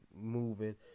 moving